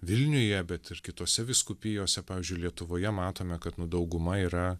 vilniuje bet ir kitose vyskupijose pavyzdžiui lietuvoje matome kad nu dauguma yra